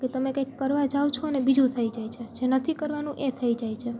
કે તમે કાંઈક કરવા જાઓ છોને બીજું થઈ જાય છે જે નથી કરવાનું એ થઈ જાય છે